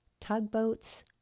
Tugboats